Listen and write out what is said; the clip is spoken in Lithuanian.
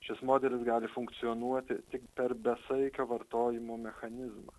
šis modelis gali funkcionuoti tik per besaikio vartojimo mechanizmą